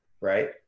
Right